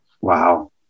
Wow